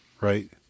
right